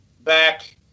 back